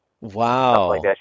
Wow